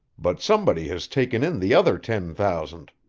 but somebody has taken in the other ten thousand.